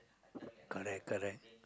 correct correct